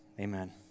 Amen